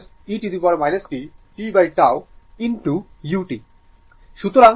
সুতরাং u হল 0 যখন t 0 এর কম